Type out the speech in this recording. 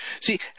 See